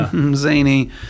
zany